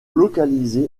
localisé